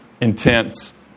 intense